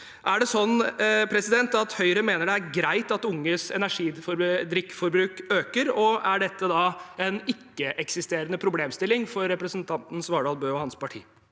Er det sånn at Høyre mener det er greit at unges energidrikkforbruk øker, og er dette da en ikke-eksisterende problemstilling for representanten Svardal Bøe og hans parti?